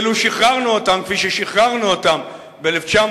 ואילו שחררנו אותן כפי ששחררנו אותן ב-1967,